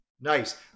Nice